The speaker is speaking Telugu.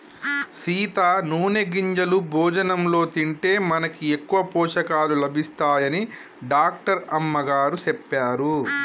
సీత నూనె గింజలు భోజనంలో తింటే మనకి ఎక్కువ పోషకాలు లభిస్తాయని డాక్టర్ అమ్మగారు సెప్పారు